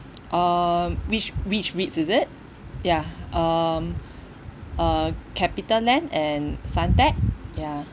um which which REITs is it ya um uh capitaland and suntec ya